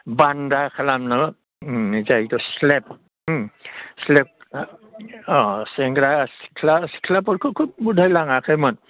बान्दा खालामनो जायखौ स्लेभ स्लेभ अ सेंग्रा सिख्ला सिख्लाफोरखौथ' बधय लाङाखैमोन